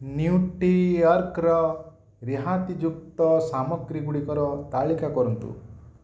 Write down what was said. ନ୍ୟୁଟ୍ରିଅର୍ଗର ରିହାତିଯୁକ୍ତ ସାମଗ୍ରୀଗୁଡ଼ିକର ତାଲିକା କରନ୍ତୁ